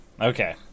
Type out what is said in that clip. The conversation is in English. okay